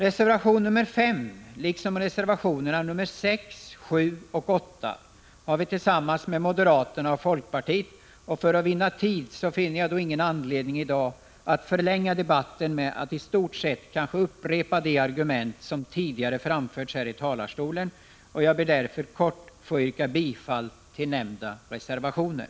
Reservation nr 5 liksom reservationerna nr 6, 7 och 8 har vi avgivit tillsammans med moderaterna och folkpartiet. Jag finner ingen anledning att i dag förlänga debatten med att i stort sett kanske upprepa de argument som redan framförts här från talarstolen, och för att vinna tid ber jag att kort få yrka bifall till nämnda reservationer.